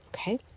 okay